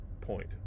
point